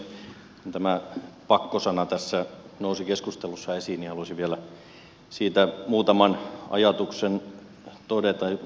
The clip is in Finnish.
kun tämä pakko sana tässä nousi keskustelussa esiin niin halusin vielä siitä muutaman ajatuksen lausua